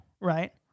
right